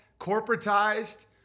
corporatized